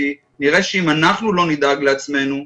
כי נראה שאם אנחנו לא נדאג לעצמנו,